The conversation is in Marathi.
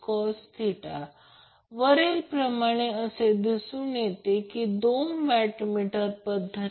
त्याचप्रमाणे लोड 2 साठी प्रॉब्लेम थोडा ट्विस्टेड आहे येथे ती Q2 45 kVAr दिली आहे